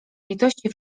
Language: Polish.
litości